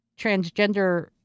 transgender